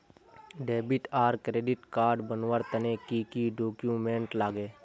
Debit आर credit card बनवार तने की की डॉक्यूमेंट लागे?